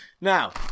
Now